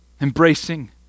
embracing